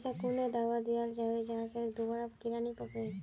ऐसा कुन दाबा दियाल जाबे जहा से दोबारा कीड़ा नी पकड़े?